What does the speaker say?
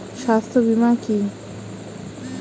স্বাস্থ্য বীমা কি?